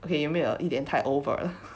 okay 有没有一点太 over